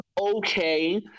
Okay